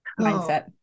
mindset